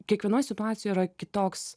kiekvienoj situacijoj yra kitoks